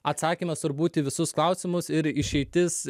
atsakymas turbūt į visus klausimus ir išeitis